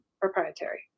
proprietary